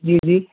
जी जी